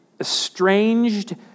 estranged